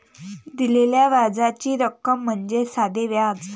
दिलेल्या व्याजाची रक्कम म्हणजे साधे व्याज